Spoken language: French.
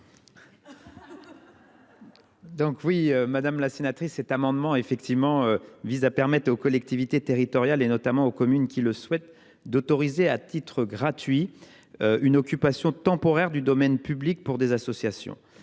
l’avis de la commission ? Cet amendement vise à permettre aux collectivités territoriales, et notamment aux communes qui le souhaitent, d’autoriser à titre gratuit une occupation temporaire du domaine public par des associations.